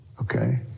Okay